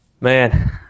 man